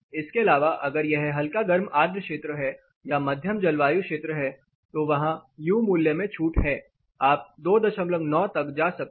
इसके अलावा अगर यह हल्का गर्म आर्द्र क्षेत्र है या मध्यम जलवायु क्षेत्र है तो वहाँ U मूल्य में छूठ है आप 29 तक जा सकते हैं